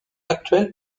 actuel